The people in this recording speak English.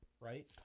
right